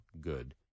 good